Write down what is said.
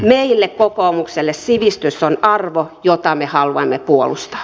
meille kokoomukselle sivistys on arvo jota me haluamme puolustaa